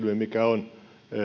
mikä on